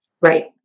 Right